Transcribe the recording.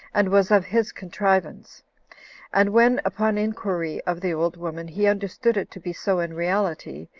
and was of his contrivance and when, upon inquiry of the old woman, he understood it to be so in reality,